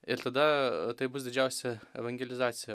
ir tada tai bus didžiausia evangelizacija